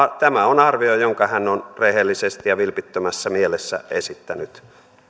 tämä on arvio jonka hän on rehellisesti ja vilpittömässä mielessä esittänyt